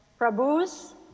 Prabhu's